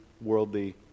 worldly